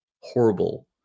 horrible